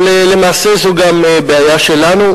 אבל למעשה זו גם בעיה שלנו,